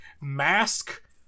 mask